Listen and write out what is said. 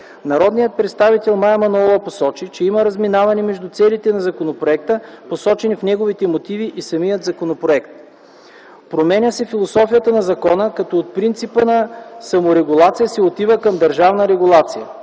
Народният представител Мая Манолова посочи, че има разминаване между целите на законопроекта, посочени в неговите мотиви и самият законопроект. Променя се философията на закона, като от принципа на саморегулация се отива към държавна регулация.